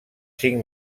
cinc